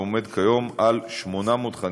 וכיום הוא 800,